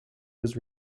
was